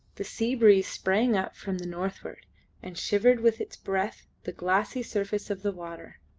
the sea-breeze sprang up from the northward and shivered with its breath the glassy surface of the water.